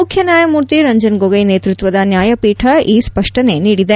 ಮುಖ್ಯನ್ಯಾಯಮೂರ್ತಿ ರಂಜನ್ ಗೊಗೊಯ್ ನೇತೃತ್ವದ ನ್ಯಾಯಪೀಠ ಈ ಸ್ಪಷ್ಟನೆ ನೀಡಿದೆ